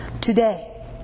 today